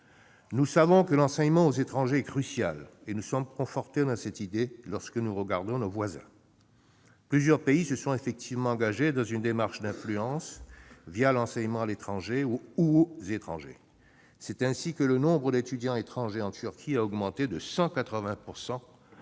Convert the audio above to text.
Nous savons que l'enseignement aux étrangers est crucial, et nous sommes confortés dans cette idée lorsque nous regardons nos voisins. Plusieurs pays se sont effectivement engagés dans une démarche d'influence l'enseignement à l'étranger ou aux étrangers. C'est ainsi que le nombre d'étudiants étrangers en Turquie a augmenté de 180 % ces